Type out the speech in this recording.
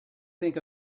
think